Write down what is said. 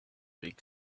big